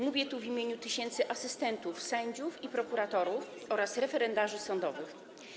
Mówię tu w imieniu tysięcy asystentów sędziów i prokuratorów oraz referendarzy sądowych.